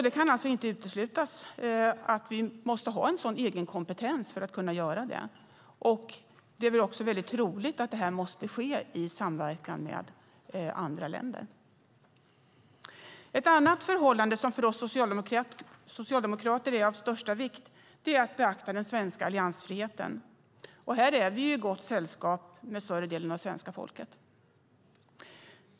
Det kan alltså inte uteslutas att vi måste ha en sådan egen kompetens för att kunna göra det. Det är väl också troligt att detta måste ske i samverkan med andra länder. Ett annat förhållande som för oss socialdemokrater är av största vikt är detta med att beakta den svenska alliansfriheten. Här är vi i gott sällskap med större delen av svenska folket.